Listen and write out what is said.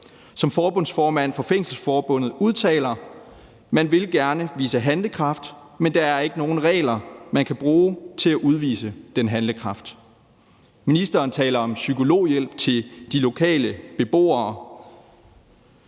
Som forbundsformanden fra Fængselsforbundet udtaler, vil man gerne vise handlekraft, men der er ikke nogen regler, man kan bruge til at udvise den handlekraft. Ministeren taler om psykologhjælp til de lokale beboere